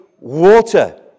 water